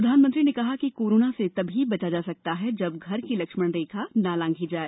प्रधानमंत्री ने कहा कि कोरोना से तभी बचा जा सकता है जब घर की लक्ष्मण रेखा ना लांघी जाए